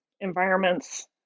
environments